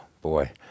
boy